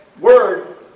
word